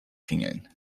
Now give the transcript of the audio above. klingeln